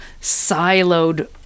siloed